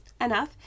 enough